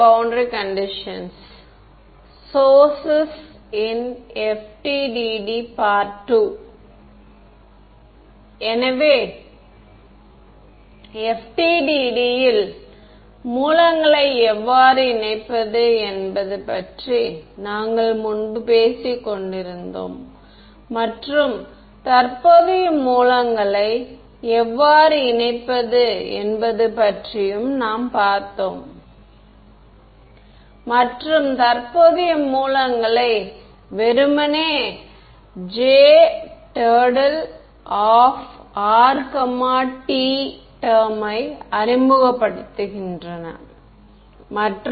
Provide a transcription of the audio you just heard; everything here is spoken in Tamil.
சரி நாம் இதுவரை என்ன பார்த்துள்ளோம் என்பதை PML கோட்பாட்டின் சுருக்கத்தில் பார்க்க போகின்றோம்